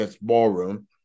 ballroom